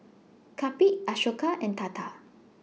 Kapil Ashoka and Tata